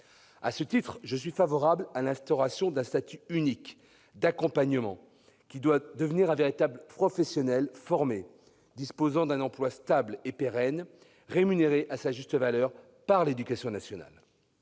À cet égard, je suis favorable à l'instauration d'un statut unique d'accompagnant, lequel doit devenir un véritable professionnel, formé, disposant d'un emploi stable et pérenne, rémunéré à sa juste valeur par l'éducation nationale.